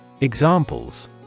Examples